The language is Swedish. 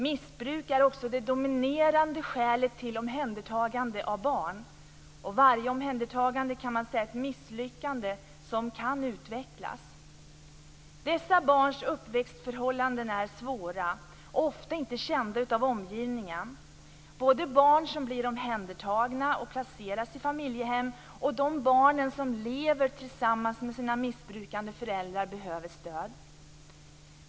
Missbruk är också det dominerande skälet till omhändertagande av barn. Varje omhändertagande kan man säga är ett misslyckande som kan utvecklas. Dessa barns uppväxtförhållanden är svåra och ofta inte kända av omgivningen. Både barn som blir omhändertagna och placeras i familjehem och de barn som lever tillsammans med sina missbrukande föräldrar behöver stöd.